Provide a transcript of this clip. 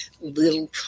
little